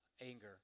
anger